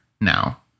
now